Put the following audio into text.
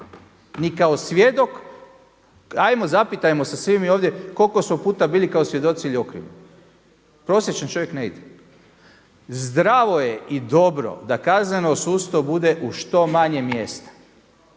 ni kao svjedok. Hajmo zapitajmo se svi mi ovdje koliko puta smo bili kao svjedoci ili okrivljeni? Prosječan čovjek ne ide. Zdravo je i dobro da kazneno sudstvo bude u što manje mjesta.